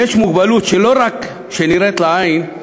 יש מוגבלות שלא רק נראית לעין,